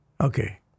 okay